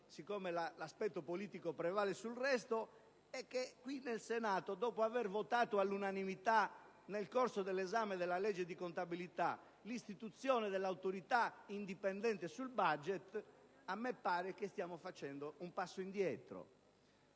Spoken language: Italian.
(ma l'aspetto politico prevale sul resto) è che, dopo avere votato qui in Senato all'unanimità nel corso dell'esame della legge di contabilità l'istituzione dell'autorità indipendente sul *budget*, mi pare si stia facendo un passo indietro